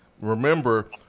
Remember